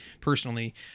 personally